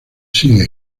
sigue